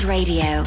Radio